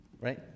right